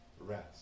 rest